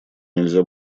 нельзя